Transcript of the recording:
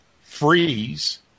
freeze